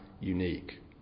unique